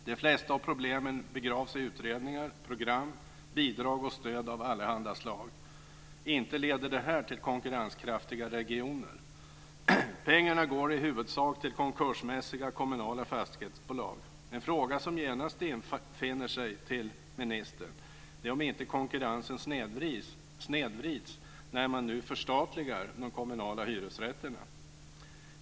De flesta av problemen begravs i utredningar, program, bidrag och stöd av allehanda slag. Inte leder det här till konkurrenskraftiga regioner. Pengarna går i huvudsak till konkursmässiga kommunala fastighetsbolag. En fråga till ministern som genast infinner sig är om inte konkurrensen snedvrids när man nu förstatligar de kommunala hyresrätterna.